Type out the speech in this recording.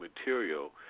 material